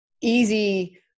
easy